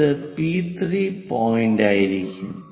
ഇത് പി3 പോയിന്റായിരിക്കും